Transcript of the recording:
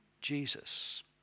Jesus